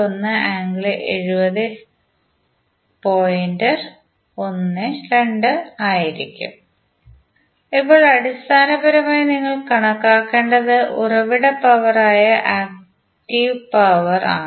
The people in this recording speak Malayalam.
12◦ A ആയിരിക്കും ഇപ്പോൾ അടിസ്ഥാനപരമായി നിങ്ങൾ കണക്കാക്കേണ്ടത് ഉറവിട പവർ ആയ ആക്റ്റീവ് പവർ ആണ്